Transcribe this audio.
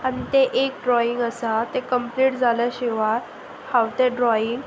आनी तें एक ड्रॉइंग आसा तें कंम्प्लीट जाल्या शिवाय हांव तें ड्रॉईंग